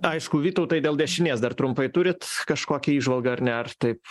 aišku vytautai dėl dešinės dar trumpai turit kažkokią įžvalgą ar ne ar taip